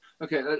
Okay